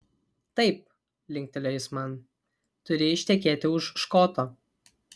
taip linktelėjo jis man turi ištekėti už škoto